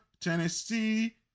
Tennessee